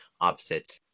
opposite